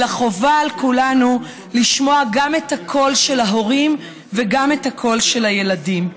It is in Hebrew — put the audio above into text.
חובה על כולנו לשמוע גם את הקול של ההורים וגם את הקול של הילדים.